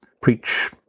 preach